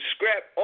Scrap